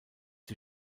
die